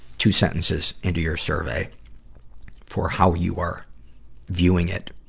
two sentences into your survey for how you are viewing it,